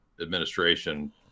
administration